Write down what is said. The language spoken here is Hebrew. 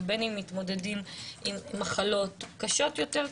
ובין אם הם מתמודדים עם מחלות קשות יותר,